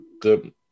good